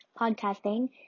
podcasting